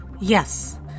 Yes